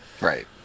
Right